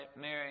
Mary